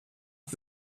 and